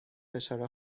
فشار